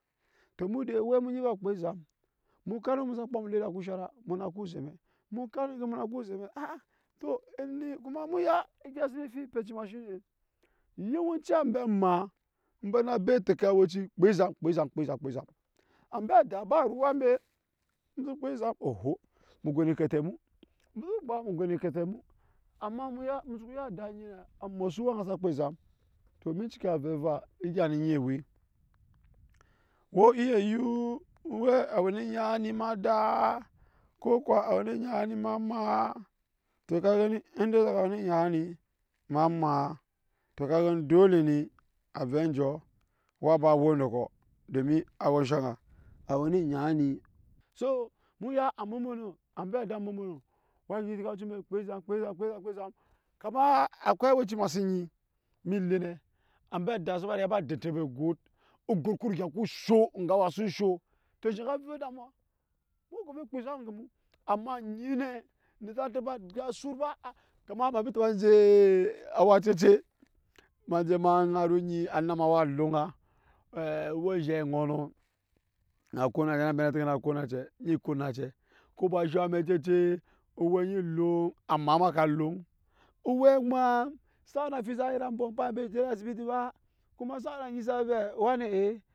Tɔ mudee owɛ ni kpaa ezam mu kan wɛ mu sa kpam oleda ŋko sharan ko esha amek mu kan owɛ mu na go eze ba, tɔ eni kuma mu ya egya si ti pet cima shine yɔwenci ambe maa, mbe na gbee teke aweci kpaa ezam kpaa ezam ambe adaa ba ruwa mbe musu kpaa ezam oho mu musu si kpaa mu go nu kete amma mu ya musu ku ya ada anyi sa masu oweŋa sa kpaa ezam to eme ciki owɛ egya ni enyi ewe ko iyayuun owɛ awe eni enyaa ni eme adaa ko kuwa awe ni enyaa ni eme amaa to ka gani saka we eni nyaa ni na amaa to ka gani dole ne avɛ anjɔɔ wa ba we endokɔ domi awe ensheŋa awe ni enyaa ni so emu ya ambɔ mbons ambe ada ambɔ-mbɔm kpaa ezam kpaa ezam kpaa ezamkpaa ezam kama akwai aweci ema si nyi ele ne ambe ada saba riga ku sho ngawe su sho tɔ enshan aga efuba damuwa mu go we ekpan ezam ŋge mu amma anyi ne ni sa taba agya sut ba kama ama ni taba jee awa cetet emaje ma dara onyi ama ma wa loŋa cee owɛ enzhe oŋɔŋɔ a ko na ya no ba teka ma vɛ a ko onacɛ eni ko onacɛ kuba sho amɛk cecet owɛ nyi loŋ amaa ma ka loŋ owɛ kuma sa we na amfibi sa yen amba empaa mbe a je ede asibiti ba kuma sa we na anyi sa vɛ owani ee